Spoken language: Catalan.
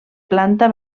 planta